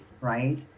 right